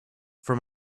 from